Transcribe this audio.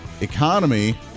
economy